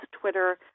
Twitter